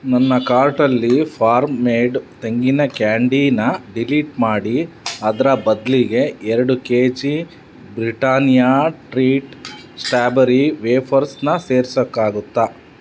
ನನ್ನ ಕಾರ್ಟಲ್ಲಿ farm made ತೆಂಗಿನ ಕ್ಯಾಂಡಿನ ಡಿಲೀಟ್ ಮಾಡಿ ಅದರ ಬದಲಿಗೆ ಎರಡು K G Britannia Treat strawberry ವೇಫರ್ಸ್ನ ಸೇರ್ಸೋಕ್ಕಾಗುತ್ತಾ